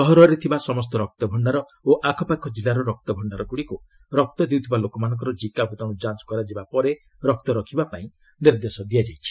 ସହରରେ ଥିବା ସମସ୍ତ ରକ୍ତଭଣ୍ଣାର ଓ ଆଖପାଖ ଜିଲ୍ଲାର ରକ୍ତଭଶ୍ରାଗୁଡ଼ିକୁ ରକ୍ତ ଦେଉଥିବା ଲୋକମାନଙ୍କର ଜିକା ଭୂତାଣୁ ଯାଞ୍ଚ୍ କରି ରକ୍ତ ରଖିବା ପାଇଁ ନିର୍ଦ୍ଦେଶ ଦିଆଯାଇଛି